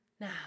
Now